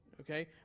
okay